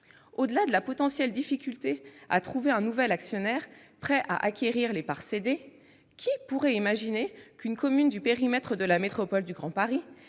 Au-delà de la potentielle difficulté à trouver un nouvel actionnaire prêt à acquérir les parts cédées, qui pourrait imaginer qu'une commune du périmètre de la métropole du Grand Paris